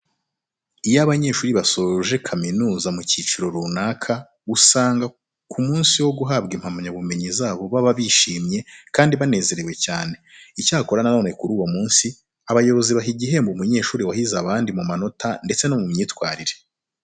Iyo abanyeshuri basoje kaminuza mu cyiciro runaka usanga ku munsi wo guhabwa impamyabumenyi zabo baba bishimye kandi banezerewe cyane. Icyakora na none kuri uwo munsi abayobozi baha igihembo umunyeshuri wahize abandi mu manota ndetse no mu myitwarire.